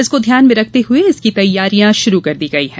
इसको ध्यान में रखते हुए इसकी तैयारियां शुरू कर दी गयी हैं